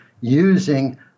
using